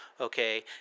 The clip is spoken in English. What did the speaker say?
okay